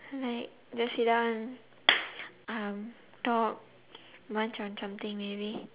like just sit down and um talk munch on something maybe